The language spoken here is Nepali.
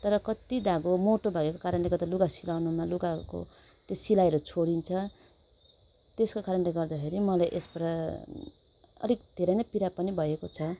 तर कत्ति धागो मोटो भएको कारणले गर्दा लुगा सिलाउनुमा लुगाको त्यो सिलाइहरू छोडिन्छ त्यसको कारणले गर्दाखेरि मलाई यसबाट अलिक धेरै नै पिडा पनि भएको छ